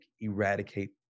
eradicate